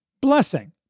blessing